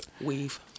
Weave